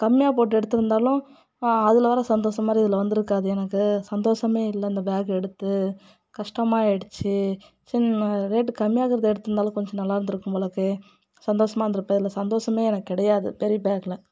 கம்மியாக போட்டு எடுத்திருந்தாலும் அதில் வர்ற சந்தோஷம் மாதிரி இதில் வந்திருக்காது எனக்கு சந்தோஷமே இல்லை இந்த பேக்கை எடுத்து கஷ்டமாக ஆயிடுச்சு ரேட்டு கம்மியா இருக்கிறத எடுத்திருந்தாலும் கொஞ்சம் நல்லா இருந்திருக்கும் போலேருக்கு சந்தோஷமாக இருந்திருப்பேன் இதில் சந்தோஷமே எனக்கு கிடையாது பெரிய பேக்கில்